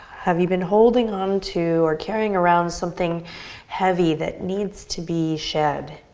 have you been holding on to or carrying around something heavy that needs to be shed?